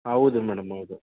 ಹೌದು ಮೇಡಂ ಹೌದು